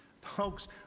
Folks